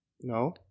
No